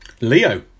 Leo